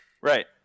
Right